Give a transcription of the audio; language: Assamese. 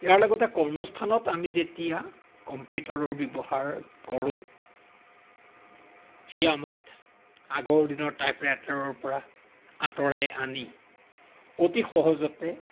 ইয়াৰ লগতে কৰ্মস্থানত আমি যেতিয়া কম্পিউটাৰৰ ব্যৱহাৰ কৰোঁ সি আমাক আগৰ দিনৰ টাইপৰাইটাৰৰ পৰা আঁতৰাই আনি অতি সহজতে